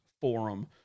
forum